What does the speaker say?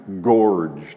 gorged